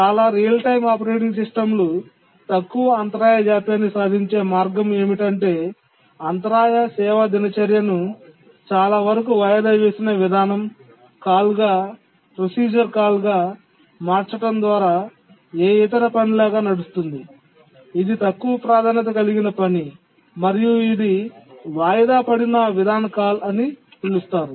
చాలా నిజ సమయ ఆపరేటింగ్ సిస్టమ్లు తక్కువ అంతరాయ జాప్యాన్ని సాధించే మార్గం ఏమిటంటే అంతరాయ సేవా దినచర్యను చాలావరకు వాయిదా వేసిన విధాన కాల్గా మార్చడం ద్వారా ఏ ఇతర పనిలాగా నడుస్తుంది ఇది తక్కువ ప్రాధాన్యత కలిగిన పని మరియు ఇది వాయిదాపడిన విధాన కాల్ అని పిలుస్తారు